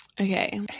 Okay